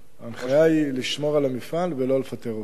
ההנחיה היא לשמור על המפעל ולא לפטר עובדים.